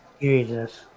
Jesus